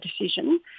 decision